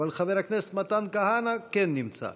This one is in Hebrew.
אבל חבר הכנסת מתן כהנא כן נמצא.